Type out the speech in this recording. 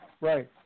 right